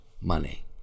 money